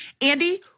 Andy